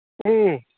ꯎꯝ